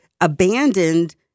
abandoned